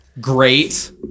Great